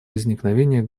возникновения